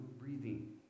breathing